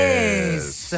Yes